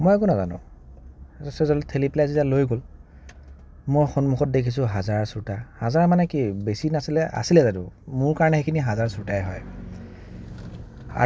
মই একো নাজানো তাৰপিছত ঠেলি পেলাই যেতিয়া লৈ গ'ল মই সন্মুখত দেখিছোঁ হাজাৰ শ্ৰোতা হাজাৰ মানে কি বেছি নাছিলে আছিলে মোৰ কাৰণে সেইখিনি হাজাৰ শ্ৰোতায়ে হয়